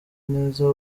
neza